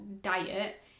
diet